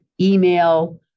email